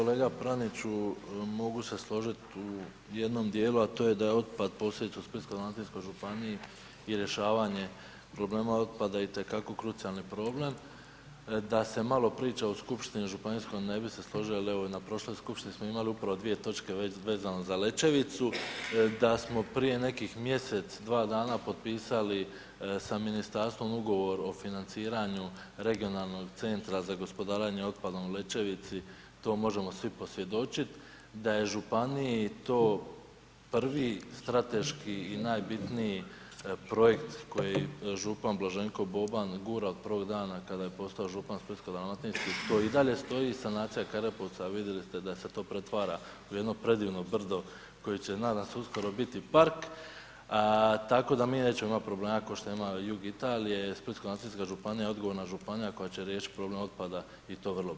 Kolega Praniću mogu se složit u jednom dijelu, a to je da je otpad ... u Splitsko-dalmatinskoj županiji i rješavanje problema otpada itekako krucijalni problem, da se malo priča u Skupštini županijskoj ne bi se složio, jer evo na prošloj skupštini smo imali upravo dvije točke već vezano za Lečevicu, da smo prije nekih mjesec, dva dana potpisali sa Ministarstvom ugovor o financiranju regionalnog centra za gospodarenje otpadom u Lečevici to možemo svi posvjedočit, da je Županiji to prvi strateški i najbitniji projekt koji župan Blaženko Boban gura od prvog dana kada je postao župan Splitsko-dalmatinski, to i dalje stoji, sanacija Kerepovca, vidjeli ste da se to pretvara u jedno predivno brdo koje će nadam se uskoro biti park, tako da mi nećemo imat problema ko što ima jug Italije, Splitsko-dalmatinska županija je odgovorna županija koje će riješit problem otpada i to vrlo brzo.